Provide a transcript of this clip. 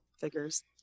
figures